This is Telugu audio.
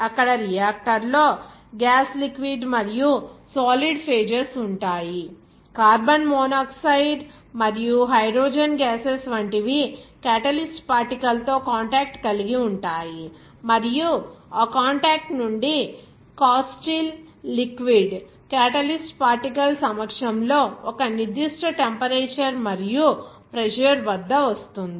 అక్కడ రియాక్టర్లో గ్యాస్ లిక్విడ్ మరియు సాలిడ్ ఫేజెస్ ఉంటాయి కార్బన్ మోనాక్సైడ్ మరియు హైడ్రోజన్ గ్యాసెస్ వంటివి క్యాటలిస్ట్ పార్టికల్ తో కాంటాక్ట్ కలిగి ఉంటాయి మరియు ఆ కాంటాక్ట్ నుండి కాస్టిల్ లిక్విడ్ క్యాటలిస్ట్ పార్టికల్ సమక్షంలో ఒక నిర్దిష్ట టెంపరేచర్ మరియు ప్రెజర్ వద్ద వస్తుంది